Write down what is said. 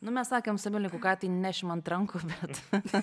nu mes sakėm su emiliu jeigu ką tai nešim ant rankų bet